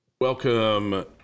welcome